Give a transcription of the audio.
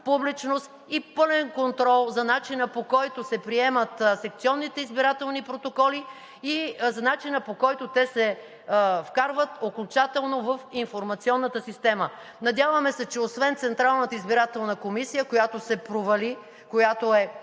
публичност и пълен контрол за начина, по който се приемат секционните избирателни протоколи, и за начина, по който те се вкарват окончателно в информационната система. Надяваме се, освен в Централната избирателна комисия, която се провали, която е